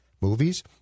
movies